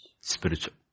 spiritual